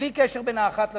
בלי קשר בין האחת לשנייה.